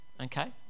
Okay